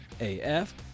AF